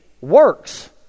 works